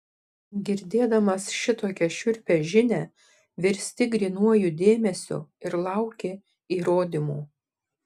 girdėdamas šitokią šiurpią žinią virsti grynuoju dėmesiu ir lauki įrodymų